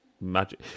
magic